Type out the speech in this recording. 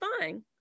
fine